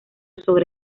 sobre